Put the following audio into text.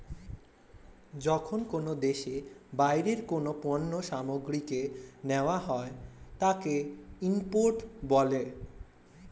যখন কোনো দেশে বাইরের কোনো পণ্য সামগ্রীকে নেওয়া হয় তাকে ইম্পোর্ট বলে